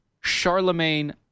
Charlemagne